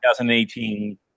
2018